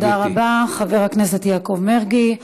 תודה רבה, חבר הכנסת יעקב מרגי.